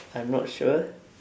I'm not sure